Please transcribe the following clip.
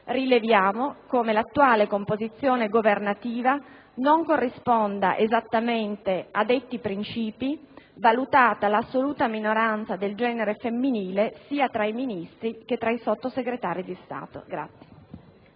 Rileviamo come l'attuale composizione governativa non corrisponda esattamente a detti princìpi, valutata la assoluta minoranza del genere femminile sia tra i Ministri che tra i Sottosegretari di Stato.